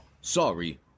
Sorry